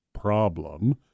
problem